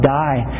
die